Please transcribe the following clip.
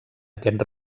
aquest